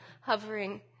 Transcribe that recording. hovering